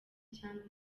cyangwa